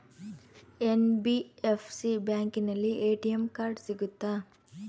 NBFC ಬ್ಯಾಂಕಿನಲ್ಲಿ ATM card ಸಿಗುತ್ತಾ?